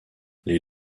les